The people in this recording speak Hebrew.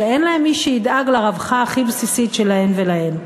שאין להם מי שידאג לרווחה הכי בסיסית שלהן ולהן.